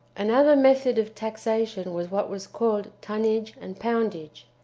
another method of taxation was what was called tonnage and poundage.